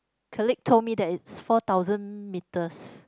colleague told me that it's four thousand meters